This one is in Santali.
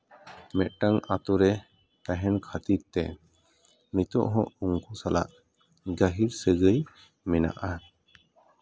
ᱢᱤᱫᱴᱟᱱ ᱟᱛᱳᱨᱮ ᱛᱟᱦᱮᱱ ᱠᱷᱟᱹᱛᱤᱨ ᱛᱮ ᱱᱤᱛᱚᱜ ᱦᱚᱸ ᱩᱱᱠᱩ ᱥᱟᱞᱟᱜ ᱜᱟᱹᱦᱤᱨ ᱥᱟᱹᱜᱟᱹᱭ ᱢᱮᱱᱟᱜᱼᱟ